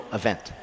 event